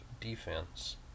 defense